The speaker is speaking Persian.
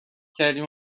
کردیم